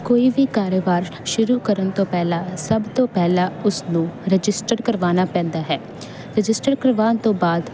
ਕੋਈ ਵੀ ਕਾਰੋਬਾਰ ਸ਼ੁਰੂ ਕਰਨ ਤੋਂ ਪਹਿਲਾਂ ਸਭ ਤੋਂ ਪਹਿਲਾਂ ਉਸਨੂੰ ਰਜਿਸਟਰ ਕਰਵਾਉਣਾ ਪੈਂਦਾ ਹੈ ਰਜਿਸਟਰ ਕਰਵਾਉਣ ਤੋਂ ਬਾਅਦ